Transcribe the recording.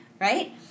right